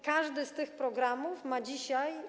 Każdy z tych programów ma dzisiaj.